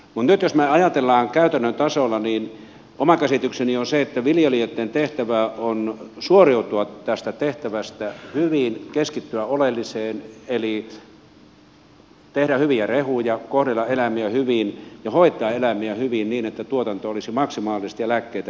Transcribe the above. nyt jos me ajattelemme käytännön tasolla niin oma käsitykseni on se että viljelijöitten tehtävä on suoriutua tästä tehtävästä hyvin keskittyä oleelliseen eli tehdä hyviä rehuja kohdella eläimiä hyvin ja hoitaa eläimiä hyvin niin että tuotanto olisi maksimaalista ja lääkkeitä ei tarvita